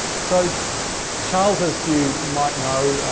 so charles, as you might know,